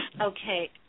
Okay